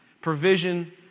Provision